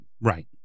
Right